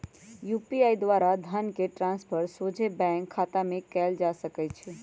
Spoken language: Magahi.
यू.पी.आई द्वारा धन के ट्रांसफर सोझे बैंक खतामें कयल जा सकइ छै